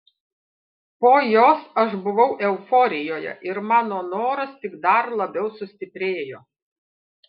po jos aš buvau euforijoje ir mano noras tik dar labiau sustiprėjo